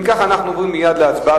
אם כך, אנחנו עוברים מייד להצבעה.